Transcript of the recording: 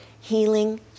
healing